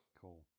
Cool